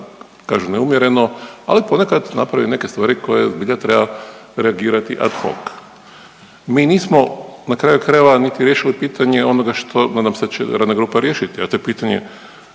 kažu neumjerno ali naprave i neke stvari koje zbilja treba reagirati ad hoc. Mi nismo na kraju krajeva niti riješili pitanje onoga što nam se, radna grupa riješiti, a to je pitanje